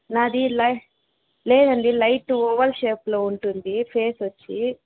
నాది లై లేదండి లైట్ ఓవల్ షేప్లో ఉంటుంది ఫేస్ వచ్చి